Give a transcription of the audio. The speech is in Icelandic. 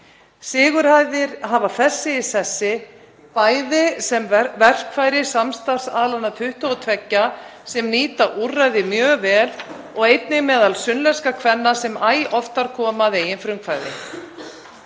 Sigurhæðir hafa fest sig í sessi bæði sem verkfæri samstarfsaðilanna 22 sem nýta úrræðið mjög vel og einnig meðal sunnlenskra kvenna sem æ oftar koma að eigin frumkvæði.